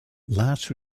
last